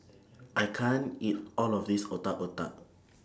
I can't eat All of This Otak Otak